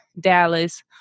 Dallas